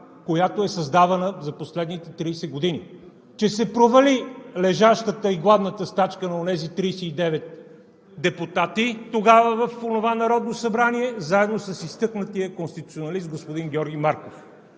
която е създавана за последните 30 години. Че се провали лежащата и гладната стачка на онези 39 депутати, тогава в онова Народно събрание, заедно с изтъкнатия конституционалист господин Георги Марков.